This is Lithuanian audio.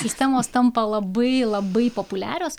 sistemos tampa labai labai populiarios